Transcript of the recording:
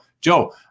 Joe